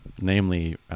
namely